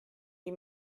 die